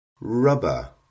Rubber